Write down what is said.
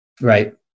right